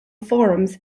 forums